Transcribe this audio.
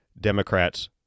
Democrats